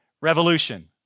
revolution